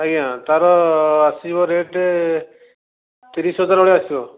ଆଜ୍ଞା ତା'ର ଆସିବ ରେଟ୍ ତିରିଶ ହଜାର ଭଳିଆ ଆସିବ